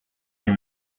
lui